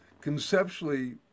conceptually